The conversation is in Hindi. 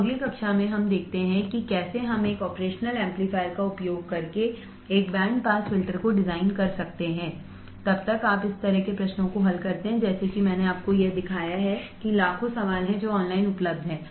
तो अगली कक्षा में हम देखते हैं कि कैसे हम एक ऑपरेशनल एम्पलीफायर का उपयोग करके एक बैंड पास फिल्टर को डिजाइन कर सकते हैं तब तक आप इस तरह के प्रश्नों को हल करते हैं जैसे कि मैंने आपको यह दिखाया है कि लाखों सवाल हैं जो ऑनलाइन उपलब्ध हैं